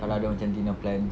kalau ada macam dinner plans